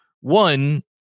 One